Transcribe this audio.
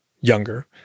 younger